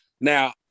Now